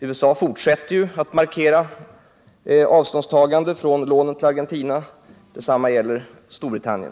USA fortsätter ju att markera sitt avståndstagande i fråga om lån till Argentina, och detsamma gäller Storbritannien.